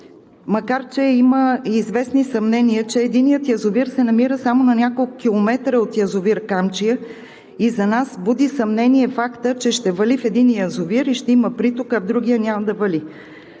обаче имаме известни съмнения – единият язовир се намира само на няколко километра от язовир „Камчия“ и за нас буди съмнение фактът, че ще вали в единия язовир и ще има приток, а в другия няма да вали.